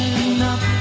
enough